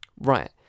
Right